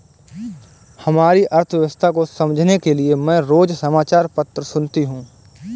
हमारी अर्थव्यवस्था को समझने के लिए मैं रोज समाचार सुनती हूँ